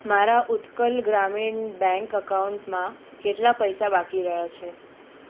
મારા ઉત્કલ ગ્રામીણ બેંક એકાઉન્ટમાં કેટલા પૈસા બાકી રહ્યા છે